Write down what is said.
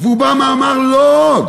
הוא בא ואמר: לא עוד.